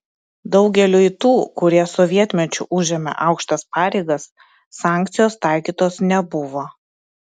daugeliui tų kurie sovietmečiu užėmė aukštas pareigas sankcijos taikytos nebuvo